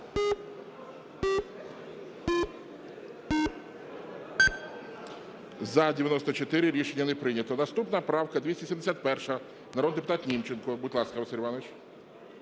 За-94 Рішення не прийнято. Наступна правка 271, народний депутат Німченко. Будь ласка, Василь Іванович.